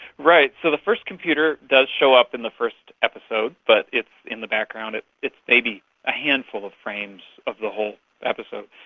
right. so the first computer does show up in the first episode, but it's in the background. it's maybe a handful of frames of the whole episode.